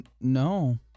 No